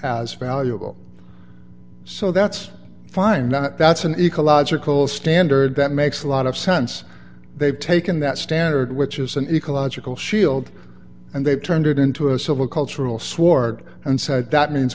as valuable so that's fine not that's an ecological standard that makes a lot of sense they've taken that standard which is an ecological shield and they've turned it into a civil cultural sward and said that means